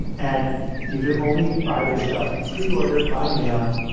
and you can only buy their stuff preordered by mail.